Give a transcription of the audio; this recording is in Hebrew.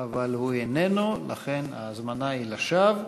אבל הוא איננו, לכן ההזמנה היא לשווא.